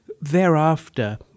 thereafter